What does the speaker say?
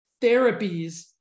therapies